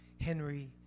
Henry